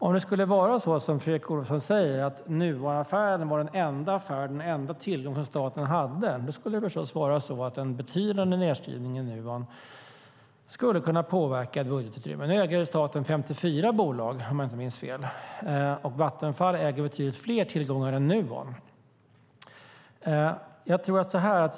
Om det skulle vara så, som Fredrik Olovsson säger, att Nuonaffären var den enda tillgång som staten hade skulle förstås en betydande nedskrivning i Nuon kunna påverka budgetutrymmet. Nu äger staten 54 bolag, om jag inte minns fel. Och Vattenfall har betydligt fler tillgångar än Nuon.